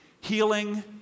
healing